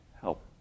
help